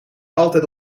altijd